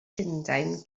llundain